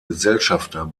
gesellschafter